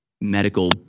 medical –